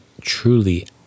truly